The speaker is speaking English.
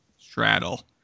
straddle